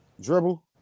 Dribble